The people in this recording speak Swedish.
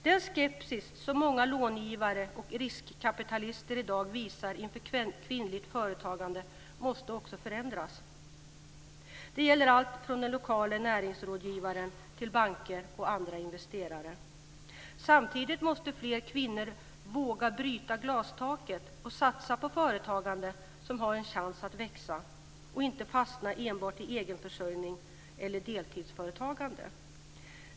Den skepsis som många långivare och riskkapitalister i dag visar inför kvinnligt företagande måste också förändras. Det gäller allt från den lokale näringslivsrådgivaren till banker och andra investerare. Samtidigt måste fler kvinnor våga bryta glastaket och satsa på företagande som har en chans att växa och inte fastna i enbart egenförsörjning eller deltidsföretagande.